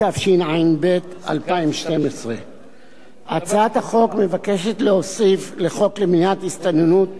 התשע"ב 2012. הצעת החוק מבקשת להוסיף לחוק למניעת הסתננות,